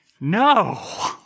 No